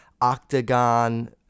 octagon